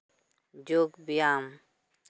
ᱡᱳᱜᱽ ᱵᱮᱭᱟᱢ